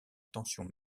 tension